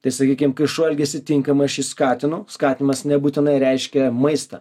tai sakykim kai šuo elgiasi tinkamai aš jį skatinu skatinimas nebūtinai reiškia maistą